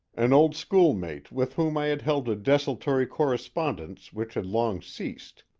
an old schoolmate with whom i had held a desultory correspondence which had long ceased,